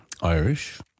Irish